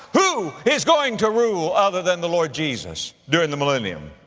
who is going to rule other than the lord jesus during the millennium?